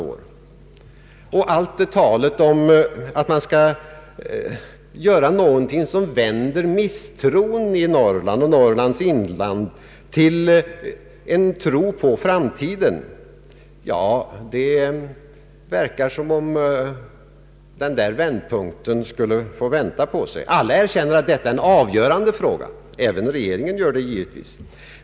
När det gäller talet om att man skall försöka göra någonting som vänder misstron i Norrland till en tro på framtiden, så verkar det som om denna vändpunkt skulle låta vänta på sig. Alla erkänner att detta är en avgörande fråga, och det gör givetvis också regeringen.